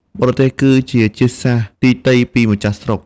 បរទេស គឺជាជាតិសាសន៍ទីទៃពីម្ចាស់ស្រុក ។